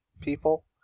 people